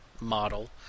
model